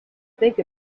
think